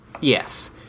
Yes